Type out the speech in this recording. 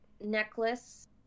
necklace